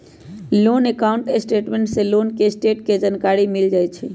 loan account statement से loan के status के जानकारी मिल जाइ हइ